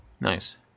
Nice